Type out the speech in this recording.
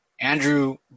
Andrew